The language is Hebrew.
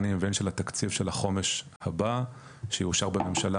התכנים והן של התקציב של החומש הבא שיאושר בממשלה,